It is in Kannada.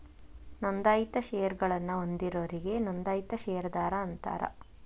ನೋಂದಾಯಿತ ಷೇರಗಳನ್ನ ಹೊಂದಿದೋರಿಗಿ ನೋಂದಾಯಿತ ಷೇರದಾರ ಅಂತಾರ